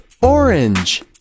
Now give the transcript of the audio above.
orange